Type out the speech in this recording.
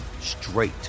straight